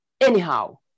anyhow